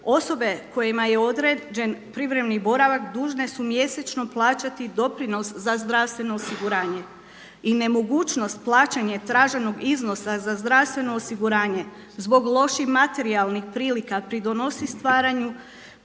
osobe kojima je određen privremeni boravak dužne su mjesečno plaćati doprinos za zdravstvenog osiguranje. I nemogućnost plaćanja traženog iznosa za zdravstveno osiguranje zbog loših materijalnih prilika pridonosi stvaranju